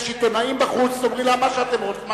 יש עיתונאים בחוץ, תאמרי להם מה שאת רוצה,